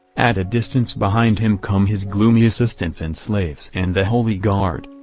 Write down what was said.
at a distance behind him come his gloomy assistants and slaves and the holy guard.